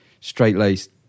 straight-laced